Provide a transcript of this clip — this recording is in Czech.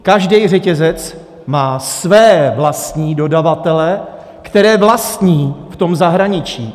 Každý řetězec má své vlastní dodavatele, které vlastní v zahraničí.